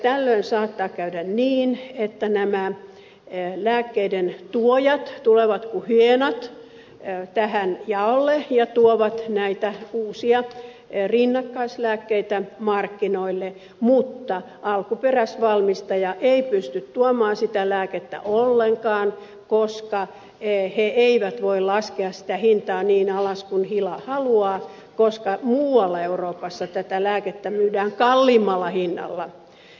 tällöin saattaa käydä niin että nämä lääkkeiden tuojat tulevat kuin hyeenat tähän jaolle ja tuovat näitä uusia rinnakkaislääkkeitä markkinoille mutta alkuperäisvalmistaja ei pysty tuomaan sitä lääkettä ollenkaan koska ei voi laskea hintaa niin alas kuin hila haluaa koska muualla euroopassa tätä lääkettä myydään kalliimmalla hinnalla